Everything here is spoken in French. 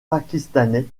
pakistanais